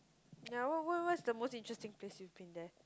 yeah what what what's the most interesting place you've been there